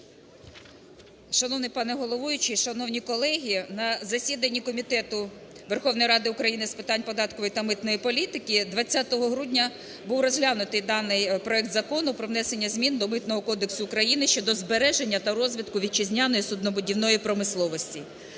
Шановний пане головуючий, шановні колеги, на засіданні Комітету Верховної Ради України з питань податкової та митної політики 20 грудня був розглянутий даний проект Закону про внесення змін до Митного кодексу щодо збереження та розвитку вітчизняної суднобудівної промисловості.